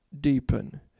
deepen